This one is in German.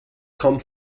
kaum